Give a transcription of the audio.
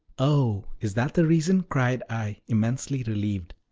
oh, is that the reason! cried i, immensely relieved.